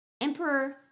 Emperor